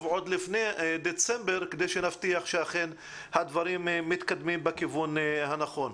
עוד לפני דצמבר כדי שנבטיח שאכן הדברים מתקדמים בכיוון הנכון.